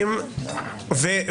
מי